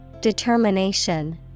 Determination